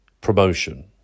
promotion